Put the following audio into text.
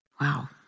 wow